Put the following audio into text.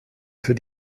für